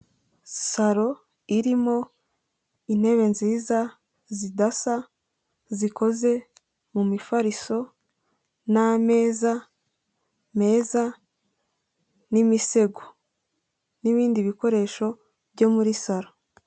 Salo irimo intebe nziza zidasa zikoze mu mifariso n'ameza meza n'imisego n'ibindi bikoresho byo muri salo.